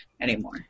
anymore